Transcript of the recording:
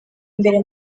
imbere